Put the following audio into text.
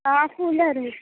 बहुत सुंदर है